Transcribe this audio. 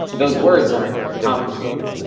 those words aren't complicated,